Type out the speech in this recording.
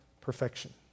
perfection